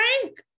Frank